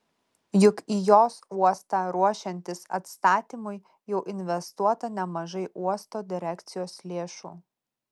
juk į jos uostą ruošiantis atstatymui jau investuota nemažai uosto direkcijos lėšų